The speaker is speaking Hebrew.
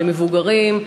למבוגרים,